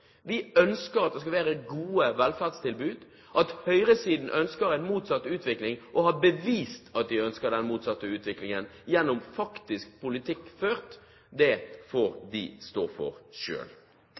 Vi ønsker at det skal være gode velferdstilbud. At høyresiden ønsker en motsatt utvikling, og har bevist at de ønsker den motsatte utviklingen gjennom faktisk ført politikk, får